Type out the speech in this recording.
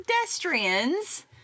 pedestrians